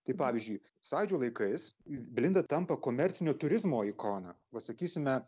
tai pavyzdžiui sąjūdžio laikais blinda tampa komercinio turizmo ikona va sakysime